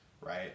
right